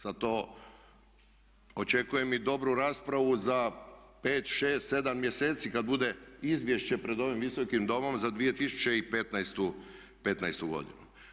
Sad očekujem i dobru raspravu za 5, 6, 7 mjeseci kad bude izvješće pred ovim Visokim domom za 2015. godinu.